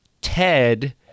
Ted